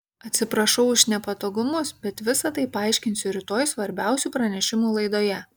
atsiprašau už nepatogumus bet visa tai paaiškinsiu rytoj svarbiausių pranešimų laidoje